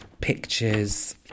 pictures